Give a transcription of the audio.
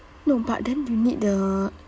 no but then you need the